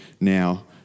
now